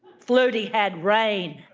flutie had rain,